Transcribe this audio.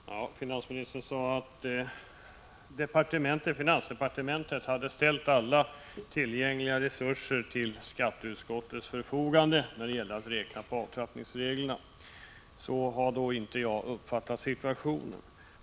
Fru talman! Finansministern sade att finansdepartementet hade ställt alla tillgängliga resurser till skatteutskottets förfogande vid beräkningen av avtrappningsreglerna. Så har inte jag uppfattat situationen.